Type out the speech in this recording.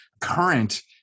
current